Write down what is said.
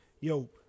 Yo